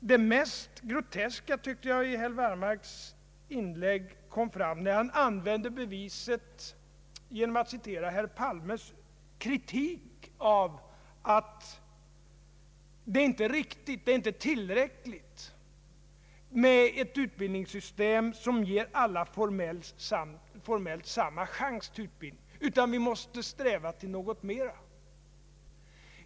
Det mest groteska i herr Wallmarks inlägg kom enligt min mening fram när han som bevis ville citera herr Palmes uttalande att det inte är tillräckligt med ett utbildningssystem som ger alla formellt samma chans till utbildning utan att vi måste sträva till någonting mera.